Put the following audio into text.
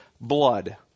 Blood